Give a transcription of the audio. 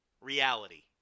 reality